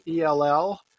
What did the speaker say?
ELL